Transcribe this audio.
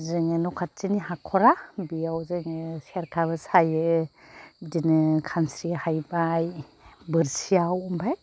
जोङो न' खाथिनि हाखरा बेयाव जोङो सेरखाबो सायो बिदिनो खानस्रि हाइबाय बोरसियाव ओमफ्राय